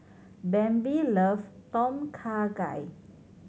Bambi loves Tom Kha Gai